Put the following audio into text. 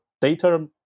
data